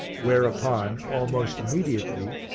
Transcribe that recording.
whereupon, almost immediately,